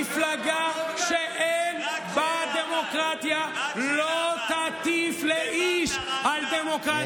מפלגה שאין בה דמוקרטיה לא תטיף לאיש על דמוקרטיה.